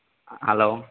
hello